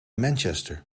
manchester